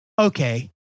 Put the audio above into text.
okay